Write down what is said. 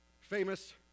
famous